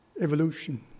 evolution